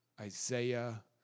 Isaiah